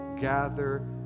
gather